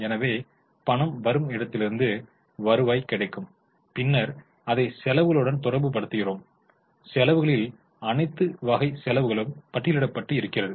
எனவே பணம் வரும் இடத்திலிருந்து வருவாய் கிடைக்கும் பின்னர் அதை செலவுகளுடன் தொடர்புபடுத்துகிறோம் செலவுகளில் அனைத்து வகை செலவுகளும் பட்டியலிடப்பட்டு இருக்கிறது